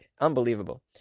Unbelievable